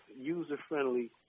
user-friendly